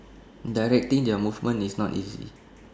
directing their movement is not easy